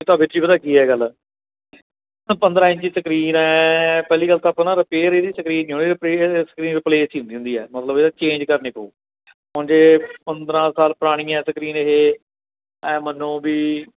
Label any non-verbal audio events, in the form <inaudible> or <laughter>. ਇਹ ਤਾਂ ਵੀਰ ਜੀ ਪਤਾ ਕੀ ਹੈ ਗੱਲ ਪੰਦਰਾਂ ਇੰਚੀ ਸਕਰੀਨ ਹੈ ਪਹਿਲੀ ਗੱਲ ਤਾਂ ਆਪਾਂ ਨਾ ਰਿਪੇਅਰ ਇਹਦੀ ਸਕਰੀਨ <unintelligible> ਸਕਰੀਨ ਰਿਪਲੇਸ ਹੀ ਹੁੰਦੀ ਹੁੰਦੀ ਹੈ ਮਤਲਬ ਇਹ ਚੇਂਜ ਕਰਨੀ ਪਊ ਹੁਣ ਜੇ ਪੰਦਰਾਂ ਸਾਲ ਪੁਰਾਣੀ ਹੈ ਸਕਰੀਨ ਇਹ ਐਂ ਮੰਨੋ ਵੀ